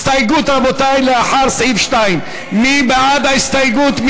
הסתייגות, רבותי, לאחר סעיף 2. מי בעד ההסתייגות?